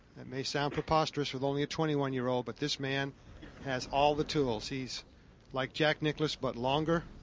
may sound preposterous with only a twenty one-year-old. but this man has all the tools. he's like jack nicklaus, but longer,